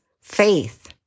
faith